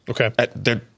Okay